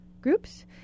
groups